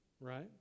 Right